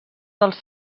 dels